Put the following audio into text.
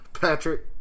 Patrick